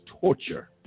torture